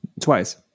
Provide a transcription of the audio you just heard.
Twice